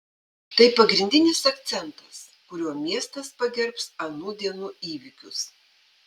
tai pagrindinis akcentas kuriuo miestas pagerbs anų dienų įvykius